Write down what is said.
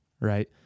Right